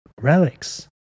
relics